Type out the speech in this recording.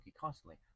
constantly